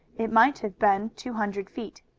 it might have been two hundred feet.